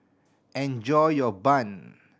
enjoy your bun